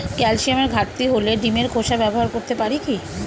ক্যালসিয়ামের ঘাটতি হলে ডিমের খোসা ব্যবহার করতে পারি কি?